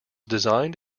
designed